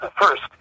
First